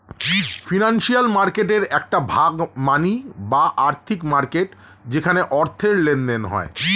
financial মার্কেটের একটি ভাগ মানি বা আর্থিক মার্কেট যেখানে অর্থের লেনদেন হয়